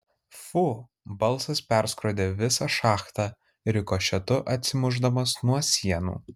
fu balsas perskrodė visą šachtą rikošetu atsimušdamas nuo sienų